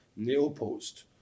Neopost